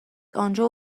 آنجا